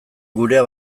gurea